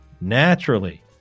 Naturally